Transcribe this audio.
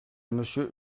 monsieur